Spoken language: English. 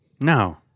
No